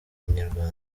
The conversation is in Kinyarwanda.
inyarwanda